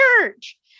church